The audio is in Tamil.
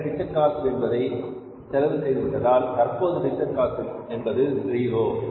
ஏற்கனவே பிக்ஸட் காஸ்ட் என்பதை செலவு செய்து விட்டதால் இப்போது பிக்ஸட் காஸ்ட் என்பது 0